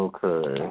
Okay